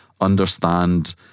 understand